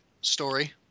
story